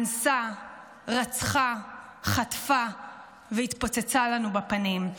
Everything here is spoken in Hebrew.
אנסה, רצחה, חטפה והתפוצצה לנו בפנים.